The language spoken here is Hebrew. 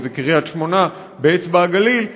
אם זה קריית שמונה באצבע הגליל,